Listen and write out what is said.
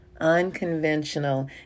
Unconventional